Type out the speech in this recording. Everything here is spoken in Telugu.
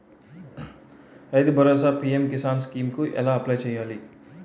రైతు భరోసా పీ.ఎం కిసాన్ స్కీం కు ఎలా అప్లయ్ చేయాలి?